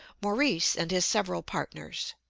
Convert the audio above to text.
maurice and his several partners,